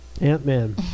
Ant-Man